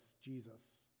Jesus